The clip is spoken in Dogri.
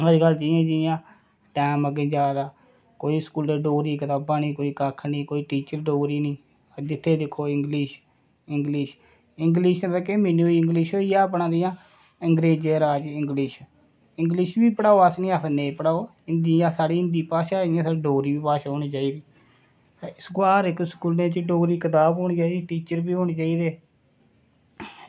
अज्जकल जियां जियां टैम अग्गें जा दा कोई स्कूल डोगरी दियां कताबां निं कोई कक्ख निं कोई टीचर डोगरी निं जित्थें दिक्खो इंग्लिश इंग्लिश इंग्लिश दा केह् मिनिंग होइया इंग्लिश होइया अपना अंगरेंजें दा राज इंग्लिश इंग्लिश बी पढ़ाओ अस निं आखदे नेईं पढ़ाओ हिंदी भाशा इंया साढ़ी डोगरी बी भाशा होनी चाहिदी हर इक स्कूलै च डोगरी कताब होनी चाहिदी टीचर बी होने चाहिदे